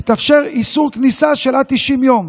יתאפשר איסור כניסה עד 90 יום,